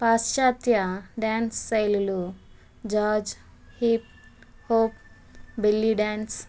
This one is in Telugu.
పాశ్చాత్య డ్యాన్స్ శైలులు జాజ్ హీప్హాప్ బెల్లీ డ్యాన్స్